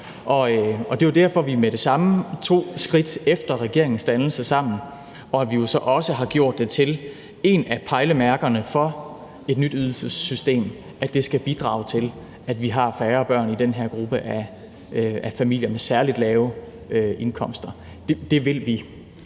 Og det var jo derfor, vi med det samme tog skridt sammen – efter regeringens dannelse – og at vi jo så også har gjort det til et af pejlemærkerne for et nyt ydelsessystem, at det skal bidrage til, at vi har færre børn i den her gruppe af familier med særlig lave indkomster. Det vil vi.